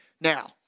Now